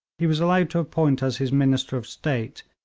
he was allowed to appoint as his minister of state,